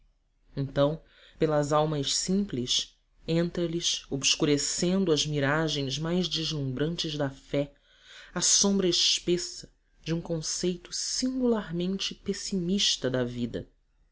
então pelas almas simples entra lhes obscurecendo as miragens mais deslumbrantes da fé a sombra espessa de um conceito singularmente pessimista da vida